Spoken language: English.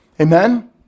Amen